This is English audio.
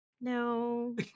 No